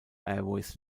airways